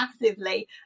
massively